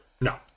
No